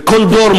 וכל דור,